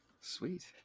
Sweet